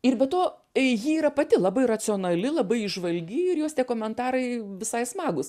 ir be to ji yra pati labai racionali labai įžvalgi ir jos tie komentarai visai smagūs